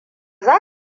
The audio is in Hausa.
za